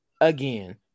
again